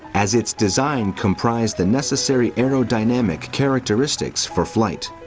as its design comprised the necessary aerodynamic characteristics for flight.